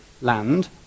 land